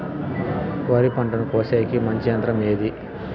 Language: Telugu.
వరి పంటను కోసేకి మంచి యంత్రం ఏది?